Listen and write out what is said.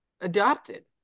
adopted